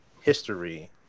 history